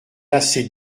assez